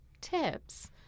tips